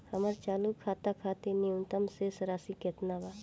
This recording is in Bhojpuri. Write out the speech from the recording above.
हमर चालू खाता खातिर न्यूनतम शेष राशि केतना बा?